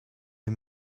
wir